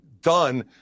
done